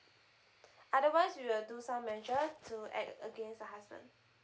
otherwise we will do some measure to act against the husband